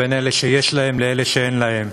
בין אלה שיש להם לאלה שאין להם.